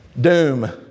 doom